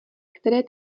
které